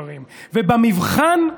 וזו דאגה לחיילים המשוחררים, ובמבחן,